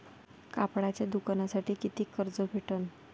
कापडाच्या दुकानासाठी कितीक कर्ज भेटन?